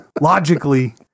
Logically